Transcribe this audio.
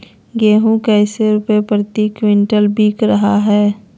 गेंहू कैसे रुपए प्रति क्विंटल बिक रहा है?